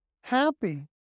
happy